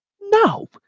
No